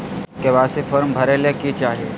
KYC form भरे ले कि चाही?